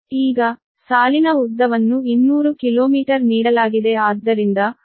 ಈಗ ಸಾಲಿನ ಉದ್ದವನ್ನು 200 ಕಿಲೋಮೀಟರ್ ನೀಡಲಾಗಿದೆ ಆದ್ದರಿಂದ ಒಟ್ಟು 0